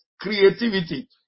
creativity